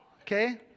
okay